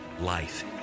life